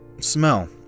smell